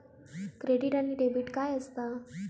Credit आणि debit काय असता?